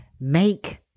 make